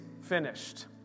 finished